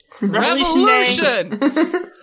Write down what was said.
Revolution